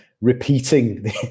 repeating